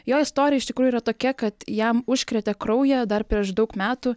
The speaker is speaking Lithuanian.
jo istorija iš tikrųjų yra tokia kad jam užkrėtė kraują dar prieš daug metų